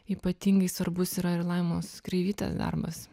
ypatingai svarbus yra ir laimos kreivytės darbas